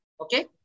Okay